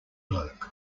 bloke